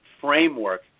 framework